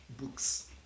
books